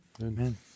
Amen